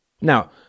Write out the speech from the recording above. Now